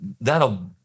that'll